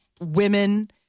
women